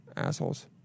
assholes